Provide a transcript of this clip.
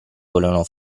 volevano